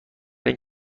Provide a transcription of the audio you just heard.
این